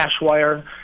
Cashwire